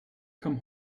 come